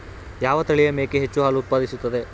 ಯಾವ ತಳಿಯ ಮೇಕೆ ಹೆಚ್ಚು ಹಾಲು ಉತ್ಪಾದಿಸುತ್ತದೆ?